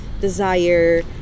desire